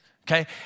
okay